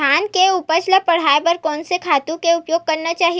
धान के उपज ल बढ़ाये बर कोन से खातु के उपयोग करना चाही?